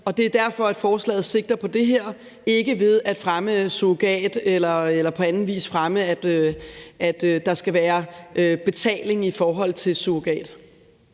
Det er derfor, at forslaget sigter på det her, ikke ved at fremme surrogati eller på anden vis fremme, at der skal være betaling i forhold til surrogati.